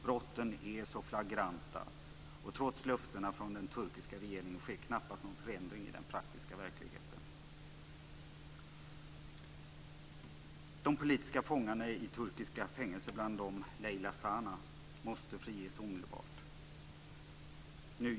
Brotten är så flagranta, och trots löftena från den turkiska regeringen sker knappast någon förändring i den praktiska verkligheten. De politiska fångarna i turkiska fängelser, bland dem Leyla Zana, måste friges omedelbart.